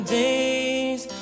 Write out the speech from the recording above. days